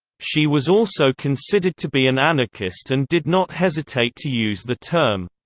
she was also considered to be an anarchist and did not hesitate to use the term.